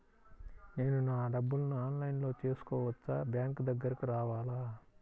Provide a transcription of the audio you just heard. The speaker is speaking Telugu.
నేను నా డబ్బులను ఆన్లైన్లో చేసుకోవచ్చా? బ్యాంక్ దగ్గరకు రావాలా?